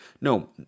no